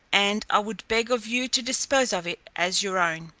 and i would beg of you to dispose of it as your own.